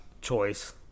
choice